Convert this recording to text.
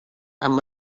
amb